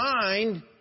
mind